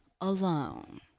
alone